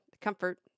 comfort